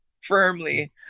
firmly